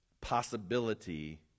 possibility